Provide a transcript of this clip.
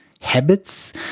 habits